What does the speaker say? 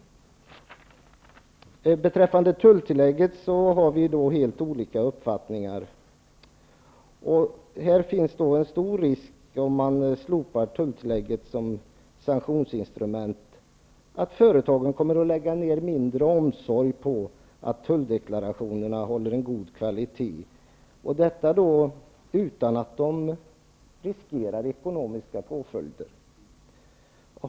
Om tulltillägget har vi helt olika uppfattningar. Om man slopar tulltillägget som sanktionsinstrument finns det en stor risk för att företagen kommer att lägga ned mindre omsorg på att se till att tulldeklarationerna får en god kvalitet, detta utan att företagen riskerar ekonomiska påföljder.